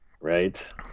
Right